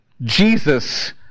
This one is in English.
Jesus